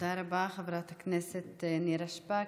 תודה רבה, חברת הכנסת נירה שפק.